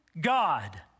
God